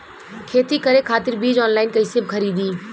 खेती करे खातिर बीज ऑनलाइन कइसे खरीदी?